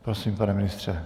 Prosím, pane ministře.